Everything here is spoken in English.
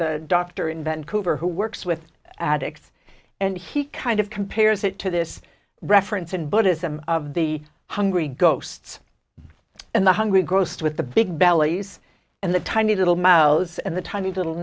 the doctor in vancouver who works with addicts and he kind of compares it to this reference in buddhism of the hungry ghosts and the hungry ghost with the big bellies and the tiny little miles and the tiny little